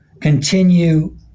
continue